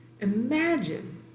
Imagine